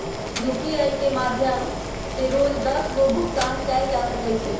UPI के माध्यम से रोज दस गो भुगतान कयल जा सकइ छइ